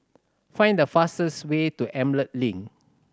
find the fastest way to Emerald Link